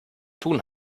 tun